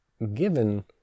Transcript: given